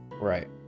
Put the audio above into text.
Right